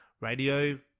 radio